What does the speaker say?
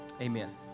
Amen